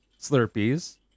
Slurpees